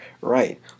right